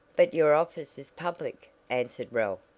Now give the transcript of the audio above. but your office is public, answered ralph,